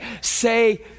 say